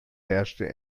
herrschte